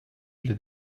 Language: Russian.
для